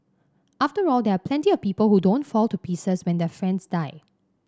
after all there are plenty of people who don't fall to pieces when their friends die